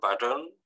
pattern